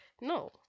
no